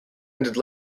ended